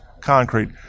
concrete